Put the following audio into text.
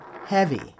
heavy